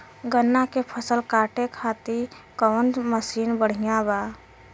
गन्ना के फसल कांटे खाती कवन मसीन बढ़ियां बा?